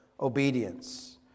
obedience